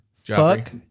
Fuck